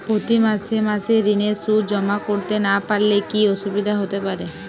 প্রতি মাসে মাসে ঋণের সুদ জমা করতে না পারলে কি অসুবিধা হতে পারে?